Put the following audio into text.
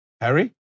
Harry